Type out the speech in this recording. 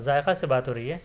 ذائقہ سے بات ہو رہی ہے